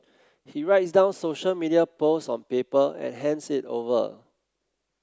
he writes down social media posts on paper and hands it over